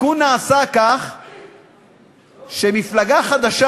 והתיקון נעשה כך שמפלגה חדשה,